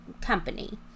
company